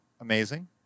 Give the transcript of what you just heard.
amazing